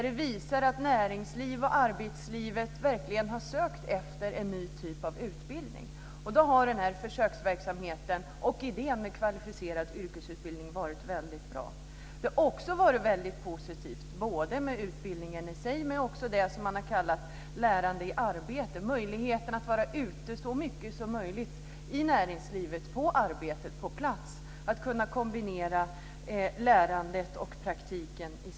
Det visar att näringslivet verkligen har sökt efter en ny typ av utbildning. Då har den här försöksverksamheten och idén med en kvalificerad yrkesutbildning varit mycket bra. Utbildningen i sig har varit väldigt positiv men det har också det som man har kallat lärande i arbete varit, möjligheten att vara ute så mycket som möjligt i näringslivet, på en arbetsplats, dvs. att kunna kombinera lärandet och praktiken.